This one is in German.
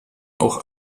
auch